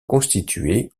constitué